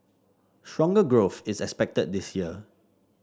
stronger growth is expected this year